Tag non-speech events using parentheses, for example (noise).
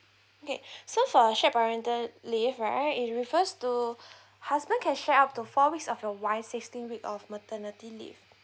okay (breath) so for shared parental leave right it refers to (breath) husband can share up to four weeks of your wife sixteen week of maternity leave